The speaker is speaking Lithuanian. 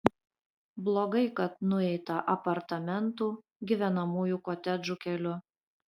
blogai kad nueita apartamentų gyvenamųjų kotedžų keliu